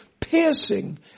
Piercing